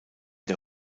der